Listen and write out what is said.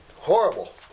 Horrible